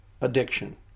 addiction